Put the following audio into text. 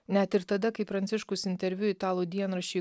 net ir tada kai pranciškus interviu italų dienraščiui